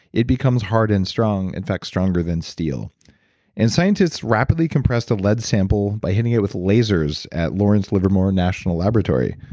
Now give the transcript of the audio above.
it becomes hard and strong in fact, stronger than steel scientists rapidly compressed a lead sample by hitting it with lasers at lawrence livermore national laboratory.